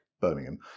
Birmingham